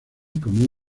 como